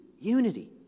unity